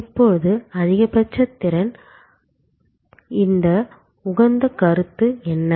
இப்போது அதிகபட்ச திறன் கருத்தாக்கங்களின்படி இந்த உகந்த கருத்து என்ன